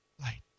light